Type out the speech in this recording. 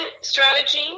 strategy